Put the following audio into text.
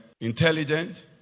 intelligent